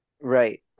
Right